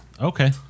Okay